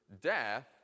death